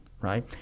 right